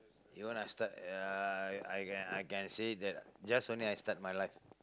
you want to start ya I can I can I can say that just only I start my life